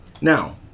Now